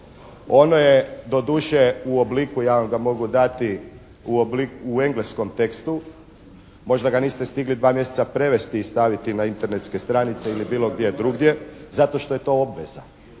Ono je doduše u obliku ja vam ga mogu dati u engleskom tekstu. Možda ga niste stigli dva mjeseca prevesti i staviti na internetske stranice ili bilo gdje drugdje zato što je to obveza,